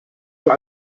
für